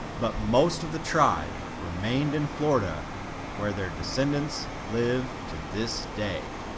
but most of the tribe remained in florida where their descendants live to this day.